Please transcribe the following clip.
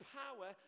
power